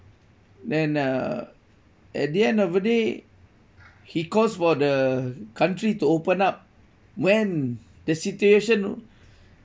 then uh at the end of the day he calls for the country to open up when the situation